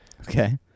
Okay